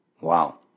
Wow